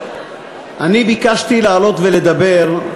אני ביקשתי לעלות ולדבר,